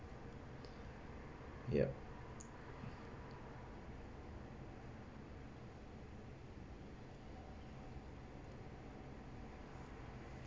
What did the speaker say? yup